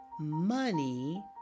Money